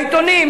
בעיתונים,